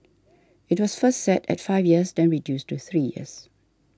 it was first set at five years then reduced to three years